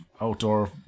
outdoor